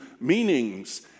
meanings